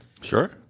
Sure